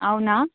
అవునా